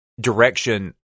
direction –